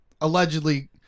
allegedly